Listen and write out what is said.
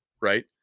right